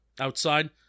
Outside